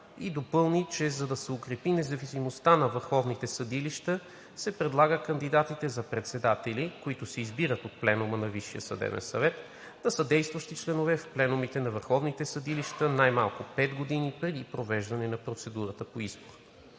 и допълни, че за да се укрепи независимостта на върховните съдилища, се предлага кандидатите за председатели, които се избират от пленума на Висшия съдебен съвет, да са действащи членове в пленумите на върховните съдилища най-малко 5 години преди провеждането на процедурата по избор.